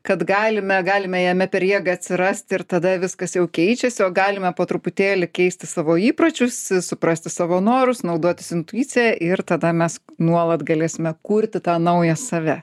kad galime galime jame per jėgą atsirast ir tada viskas jau keičiasi o galime po truputėlį keisti savo įpročius suprasti savo norus naudotis intuicija ir tada mes nuolat galėsime kurti tą naują save